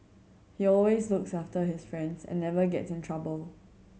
he always looks after his friends and never gets in trouble